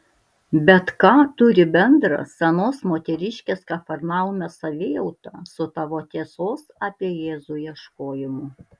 bet ką turi bendra senos moteriškės kafarnaume savijauta su tavo tiesos apie jėzų ieškojimu